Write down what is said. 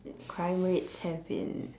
crime rates have been